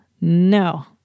No